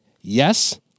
yes